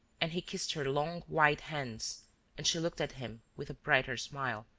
and he kissed her long white hands and she looked at him with a brighter smile,